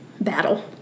battle